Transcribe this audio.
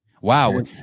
Wow